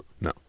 No